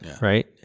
right